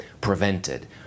prevented